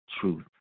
truth